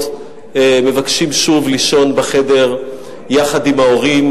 מבקשים שוב לישון בחדר יחד עם ההורים,